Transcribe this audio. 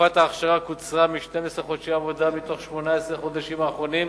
תקופת האכשרה קוצרה מ-12 חודשי עבודה מתוך 18 החודשים האחרונים